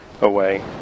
away